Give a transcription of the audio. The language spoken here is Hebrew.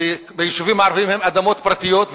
ביישובים הערביים הן אדמות פרטיות,